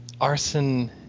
Arson